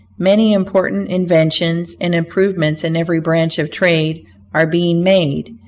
many important inventions and improvements in every branch of trade are being made,